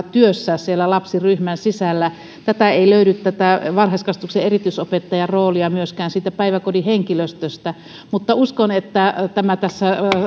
työssä siellä lapsiryhmän sisällä tätä varhaiskasvatuksen erityisopettajan roolia ei löydy myöskään siitä päiväkodin henkilöstöstä mutta uskon että tämä tässä